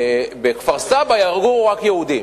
שבכפר-סבא יגורו רק יהודים.